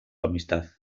amistad